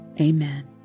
Amen